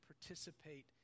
participate